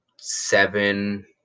seven